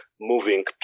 moving